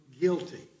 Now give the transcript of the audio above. guilty